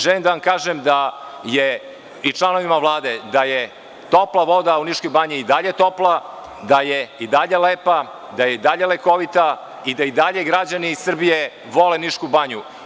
Želim da vam kažem, i članovima Vlade da je topla voda u Niškoj banji i dalje topla, da je i dalje lepa, lekovita i da i dalje građani Srbije vole Nišku banju.